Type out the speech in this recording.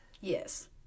Yes